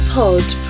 Pod